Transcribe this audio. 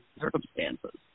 circumstances